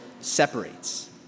separates